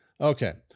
Okay